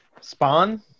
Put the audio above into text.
Spawn